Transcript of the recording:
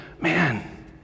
man